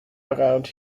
around